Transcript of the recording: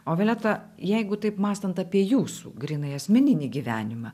o violeta jeigu taip mąstant apie jūsų grynai asmeninį gyvenimą